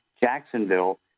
Jacksonville